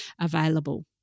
available